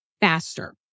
faster